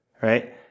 right